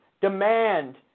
demand